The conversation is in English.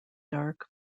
dark